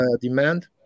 demand